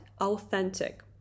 authentic